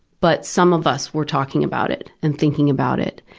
but some of us were talking about it and thinking about it.